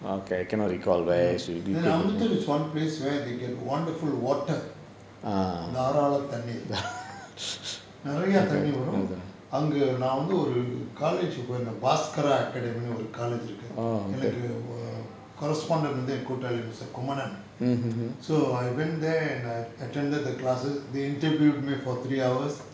ambattur is one place where they get wonderful water தாராளத்தண்ணீர் நெறைய தண்ணி வரும் அங்க நான் வந்து ஒரு:thaaraalath thanneer neraya thanni varum anga naan vanthu oru college க்கு போய் இருந்தேன்:kku poi irunthaen baskara academy னு ஒரு:nu oru college இருக்கு எனக்கு:irukku enakku correspondent வந்து:vanthu mister kumaran so I went there and I attended the classes they interviewed me for three hours